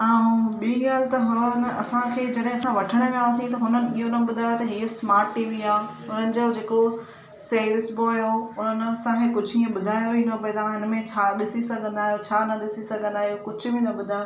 ऐं ॿीं ॻाल्हि तव्हां न असांखे जॾहिं असां वठणु वियासीं त हुननि इहो न ॿुधायो त हीअ स्मार्ट टीवी आहे उन्हनि जो जेको सेल्स बॉय हुओ उन्हनि असांखे कुझु हीअं ॿुधायो ई न की भई तव्हां हिन में छा ॾिसी सघंदा आहियो छा न ॾिसी सघंदा आहियो कुझु बि न ॿुधायो